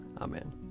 Amen